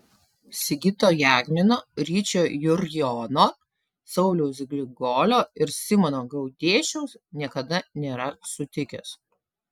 sigito jagmino ryčio jurjono sauliaus grigolio ir simono gaudėšiaus niekada nėra sutikęs